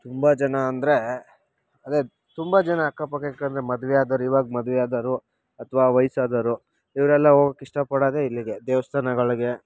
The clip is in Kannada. ತುಂಬ ಜನ ಅಂದರೆ ಅದೆ ತುಂಬ ಜನ ಅಕ್ಕ ಪಕ್ಕಕ್ಕೆ ಅಂದರೆ ಮದುವೆ ಆದವ್ರು ಇವಾಗ ಮದುವೆ ಆದವರು ಅಥವಾ ವಯಸ್ಸಾದವರು ಇವರೆಲ್ಲ ಹೋಗೋಕೆ ಇಷ್ಟ ಪಡೋದೆ ಇಲ್ಲಿಗೆ ದೇವಸ್ಥಾನಗಳಿಗೆ